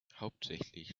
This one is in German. hauptsächlich